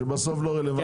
שבסוף לא רלוונטי.